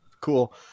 cool